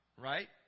Right